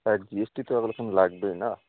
হ্যাঁ G S T তো ওরকম লাগবেই না